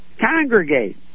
Congregate